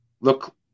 look